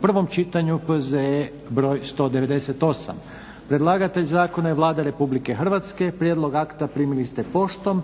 prvo čitanje, P.Z. br. 198 Predlagatelj zakona je Vlada Republike Hrvatske. Prijedlog akta primili ste poštom.